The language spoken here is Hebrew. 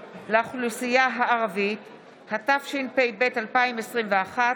השלטון, התשפ"ב 2021,